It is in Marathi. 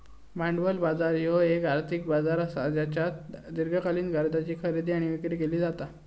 भांडवल बाजार ह्यो येक आर्थिक बाजार असा ज्येच्यात दीर्घकालीन कर्जाची खरेदी आणि विक्री केली जाता